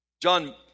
John